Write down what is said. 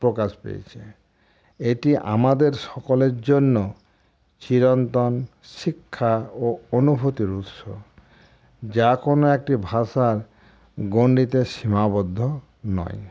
প্রকাশ পেয়েছে এটি আমাদের সকলের জন্য চিরন্তন শিক্ষা ও অনুভূতির উৎস যা কোনো একটি ভাষার গণ্ডিতে সীমাবদ্ধ নয়